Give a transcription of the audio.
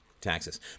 taxes